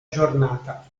giornata